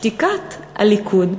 שתיקת הליכוד.